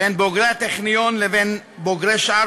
בין בוגרי הטכניון לבין בוגרי שאר